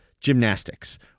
gymnastics